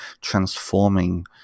transforming